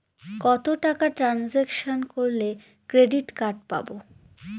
কত টাকা ট্রানজেকশন করলে ক্রেডিট কার্ড পাবো?